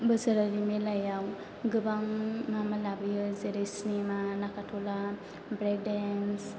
बोसोरारि मेलायाव गोबां मा मा लाबोयो जेरै सिनेमा नागारट'ला ब्रेक डेन्स